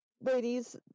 ladies